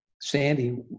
sandy